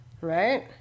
Right